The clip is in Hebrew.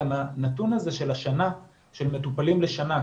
גם הנתון הזה של מטופלים לשנה,